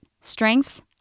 Strengths